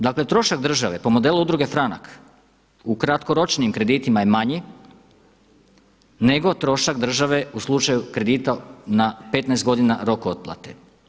Dakle, trošak države po modelu Udruge Franak u kratkoročnijim kreditima je manji nego trošak države u slučaju kredita na 15 godina rok otplate.